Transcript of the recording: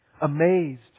Amazed